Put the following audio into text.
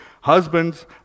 Husbands